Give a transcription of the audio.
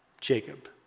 Jacob